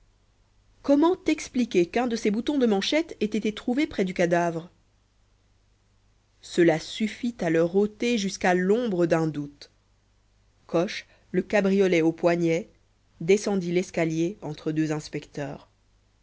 comment expliquer qu'un de ses boutons de manchettes ait été trouvé près du cadavre cela suffit à leur ôter jusqu'à l'ombre d'un doute coche le cabriolet au poignet descendit l'escalier entre deux inspecteurs